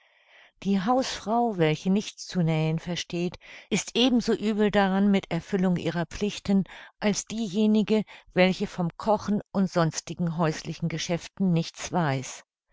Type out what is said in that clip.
die hausfrau welche nicht zu nähen versteht ist eben so übel daran mit erfüllung ihrer pflichten als diejenige welche vom kochen und sonstigen häuslichen geschäften nichts weiß